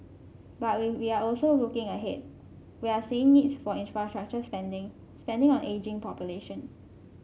but we we are also looking ahead we are seeing needs for infrastructure spending spending on ageing population